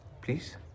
Please